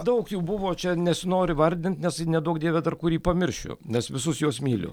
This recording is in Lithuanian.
daug jų buvo čia nesinori vardint nes neduok dieve dar kurį pamiršiu nes visus juos myliu